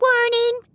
Warning